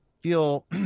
feel